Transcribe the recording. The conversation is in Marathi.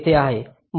येथे आहे